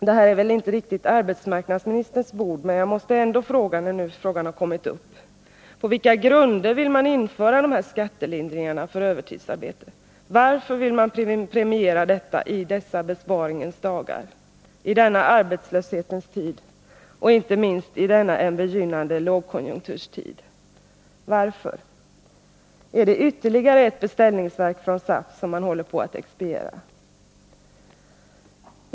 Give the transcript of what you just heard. Det här är väl inte riktigt arbetsmarknadsministerns bord, men jag måste fråga eftersom saken ändå har kommit upp: På vilka grunder vill man införa dessa skattelindringar för övertidsarbete, varför vill man premiera detta i dessa besparingens dagar, i denna arbetslöshetens tid och inte minst i denna en begynnande lågkonjunkturs tid? Varför? Är detta ytterligare ett beställningsverk från SAF, som man håller på att expediera?